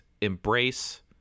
embrace